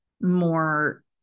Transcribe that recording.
more